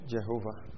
Jehovah